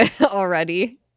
already